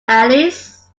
alice